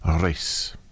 race